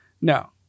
no